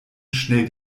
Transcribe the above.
schnell